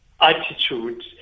attitude